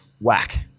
whack